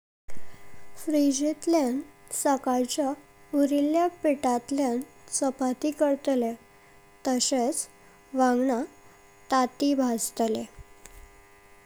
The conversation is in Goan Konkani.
फ्रिज तयान सकाळचा उरिल्या पितातल्यान चपाती कर्त्ले तसेच वांदगा ताती भाजतले।